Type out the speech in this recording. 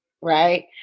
right